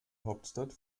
hauptstadt